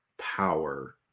power